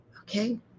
Okay